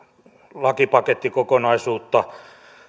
lakipakettikokonaisuutta